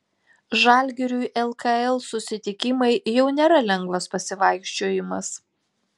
žalgiriui lkl susitikimai jau nėra lengvas pasivaikščiojimas